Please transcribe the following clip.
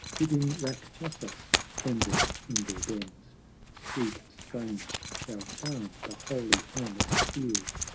bidding rackchasos tremble in their dens sweet strains shall charm the holy hermit's ears,